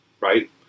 right